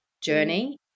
journey